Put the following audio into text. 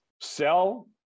sell